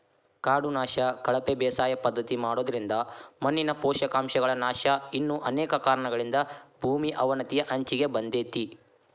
ಕಾಡು ನಾಶ, ಕಳಪೆ ಬೇಸಾಯ ಪದ್ಧತಿ ಮಾಡೋದ್ರಿಂದ ಮಣ್ಣಿನ ಪೋಷಕಾಂಶಗಳ ನಾಶ ಇನ್ನು ಅನೇಕ ಕಾರಣಗಳಿಂದ ಭೂಮಿ ಅವನತಿಯ ಅಂಚಿಗೆ ಬಂದೇತಿ